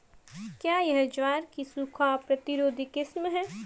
क्या यह ज्वार की सूखा प्रतिरोधी किस्म है?